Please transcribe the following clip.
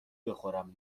بخورم